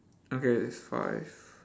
okay five